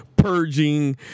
purging